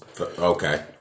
Okay